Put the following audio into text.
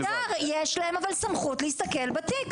נהדר, אבל יש להם סמכות להסתכל בתיק.